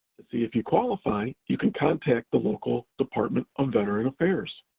to see if you qualify, you can contact the local department of veteran affairs.